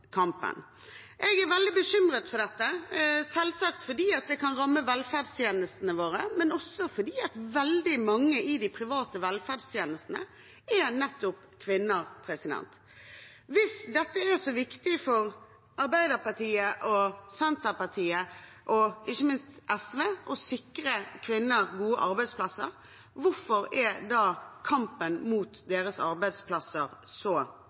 veldig bekymret for dette, selvsagt fordi det kan ramme velferdstjenestene våre, men også fordi veldig mange i de private velferdstjenestene er nettopp kvinner. Hvis det er så viktig for Arbeiderpartiet og Senterpartiet, og ikke minst SV, å sikre kvinner gode arbeidsplasser, hvorfor er kampen mot deres arbeidsplasser så